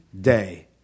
day